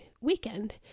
weekend